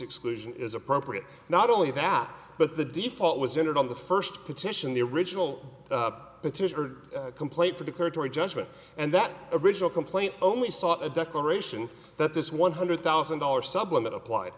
exclusion is appropriate not only that but the default was entered on the first petition the original petition or complaint for the current or a judgment and that original complaint only saw a declaration that this one hundred thousand dollars supplement applied